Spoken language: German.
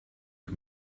ich